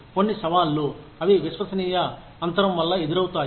కొన్ని సవాళ్లు అవి విశ్వసనీయ అంతరం వల్ల ఎదురవుతాయి